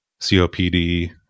COPD